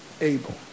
able